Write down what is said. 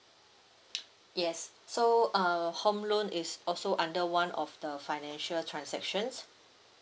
yes so uh home loan is also under one of the financial transactions